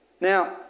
Now